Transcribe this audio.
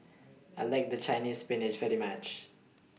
I like The Chinese Spinach very much